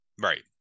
right